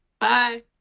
Bye